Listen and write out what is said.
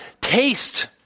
taste